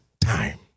time